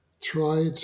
tried